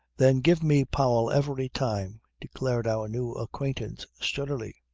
then give me powell every time, declared our new acquaintance sturdily.